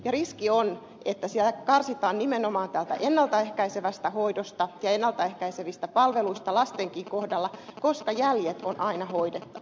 riski on että siellä karsitaan nimenomaan tästä ennalta ehkäisevästä hoidosta ja ennalta ehkäisevistä palveluista lastenkin kohdalla koska jäljet on aina hoidettava